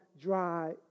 dry